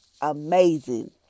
amazing